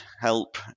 help